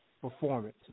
performance